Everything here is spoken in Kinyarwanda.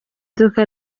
duka